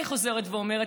אני חוזרת ואומרת,